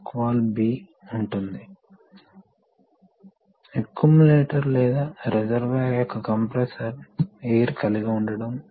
వాస్తవానికి మీకు రెండు పోర్టులు ఉన్నాయి కాబట్టి మీరు దీన్ని పంపుకు మరియు ఒకదాన్ని ట్యాంక్కు కనెక్ట్ చేస్తే ద్రవం ఇక్కడ ప్రవేశిస్తుంది మరియు ఇక్కడకు వెళ్లి ఈ దిశలో నెట్టబడుతుంది